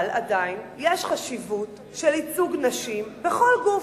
אבל עדיין יש חשיבות של ייצוג נשים בכל גוף,